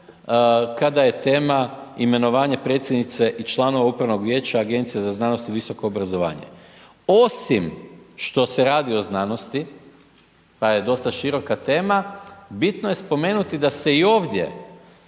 kada je tema imenovanje predsjednice i članova Upravnog vijeća Agencije za znanost i visoko obrazovanje. Osim što se radi o znanosti pa je dosta široka tema, bitno je spomenuti da se i ovdje